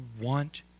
want